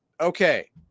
Okay